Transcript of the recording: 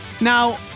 Now